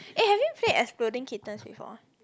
eh have you played Exploding Kittens before